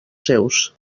seus